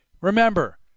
Remember